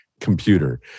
computer